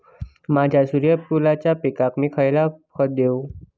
माझ्या सूर्यफुलाच्या पिकाक मी खयला खत देवू?